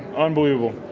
unbelievable!